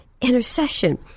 intercession